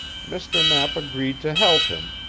mr. knapp agreed to help him,